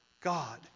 God